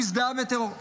הוא הזדהה עם טרור?